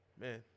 Man